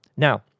Now